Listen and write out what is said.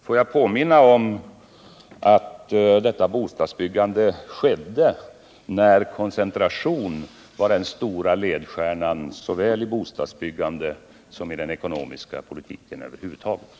Får jag också påminna om att detta bostadsbyggande skedde med koncentration som den stora ledstjärnan, såväl i bostadsbyggandet som i den ekonomiska politiken över huvud taget.